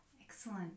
Excellent